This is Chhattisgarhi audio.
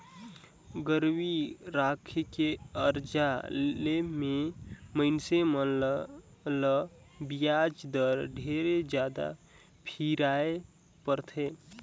गिरवी राखके करजा ले मे मइनसे मन ल बियाज दर ढेरे जादा फिराय परथे